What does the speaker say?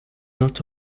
not